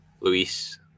Luis